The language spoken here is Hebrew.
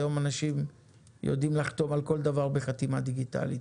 היום אנשים יודעים לחתום על כל דבר בחתימה דיגיטלית.